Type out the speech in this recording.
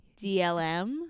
DLM